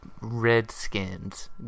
Redskins